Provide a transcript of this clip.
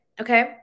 okay